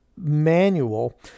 manual